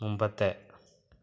മുൻപത്തെ